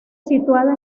situada